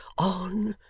on,